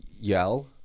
yell